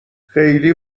خیلی